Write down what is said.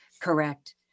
correct